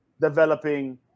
developing